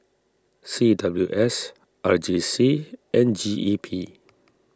C W S R J C and G E P